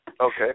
Okay